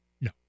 No